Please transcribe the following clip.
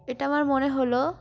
এটা আমার মনে হলো